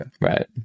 Right